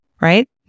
right